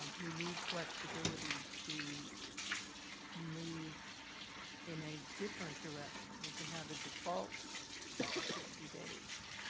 um we need flexibility to move in a different direction. we can have a default sixty days